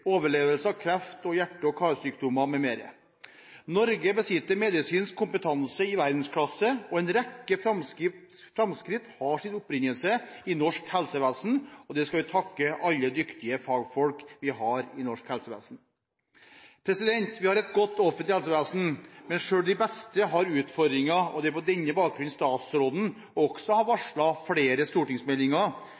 overlevelse av kreft, hjerte- og karsykdommer m.m. Norge besitter medisinsk kompetanse i verdensklasse, og en rekke framskritt har sin opprinnelse i norsk helsevesen. Det skal vi takke alle dyktige fagfolk vi har i norsk helsevesen, for. Vi har et godt offentlig helsevesen, men selv de beste har utfordringer. Det er på denne bakgrunn statsråden har